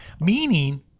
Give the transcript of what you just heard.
Meaning